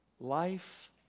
Life